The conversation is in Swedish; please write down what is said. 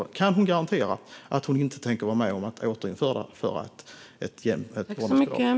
Kan hon garantera att hon inte tänker vara med och återinföra ett vårdnadsbidrag?